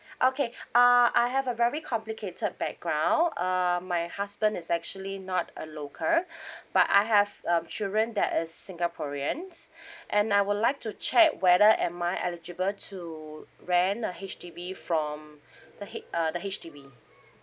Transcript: okay uh I have a very complicated background uh my husband is actually not a local but I have um children that is singaporeans and I would like to check whether am I eligible to rent a H_D_B from the H~ uh the H_D_B